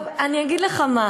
אני אגיד לך מה: